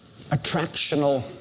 attractional